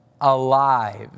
alive